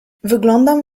wyglądam